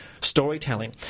storytelling